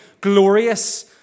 glorious